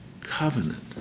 covenant